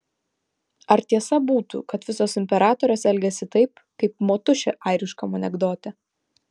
ar tiesa būtų kad visos imperatorės elgiasi taip kaip motušė airiškam anekdote